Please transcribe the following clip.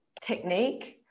technique